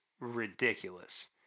ridiculous